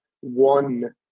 one